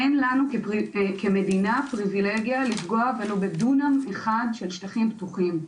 אין לנו כמדינה פריבילגיה לפגוע ולו בדונם אחד של שטחים פתוחים.